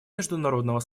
международного